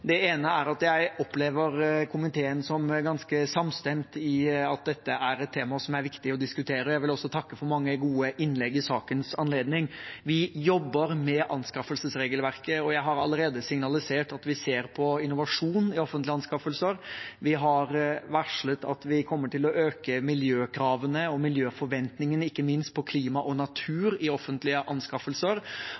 at dette er et tema som er viktig å diskutere. Jeg vil også takke for mange gode innlegg i sakens anledning. Vi jobber med anskaffelsesregelverket, og jeg har allerede signalisert at vi ser på innovasjon i offentlige anskaffelser. Vi har varslet at vi kommer til å øke miljøkravene og miljøforventningene, ikke minst på klima- og